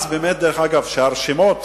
דרך אגב, הרשימות